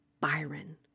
Byron